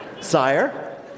sire